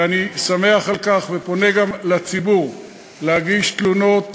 ואני שמח על כך ופונה גם לציבור להגיש תלונות,